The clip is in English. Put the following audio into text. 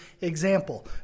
example